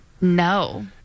No